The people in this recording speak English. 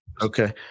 Okay